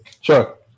Sure